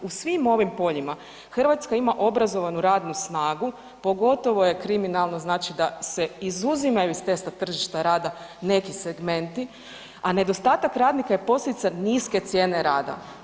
U svim ovim poljima Hrvatska ima obrazovanu radnu snagu, pogotovo je kriminalno znači da se izuzimaju s testa tržišta rada neki segmenti, a nedostatak radnika je posljedica niske cijene rada.